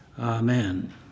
Amen